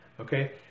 okay